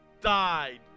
died